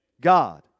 God